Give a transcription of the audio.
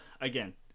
again